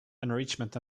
enrichment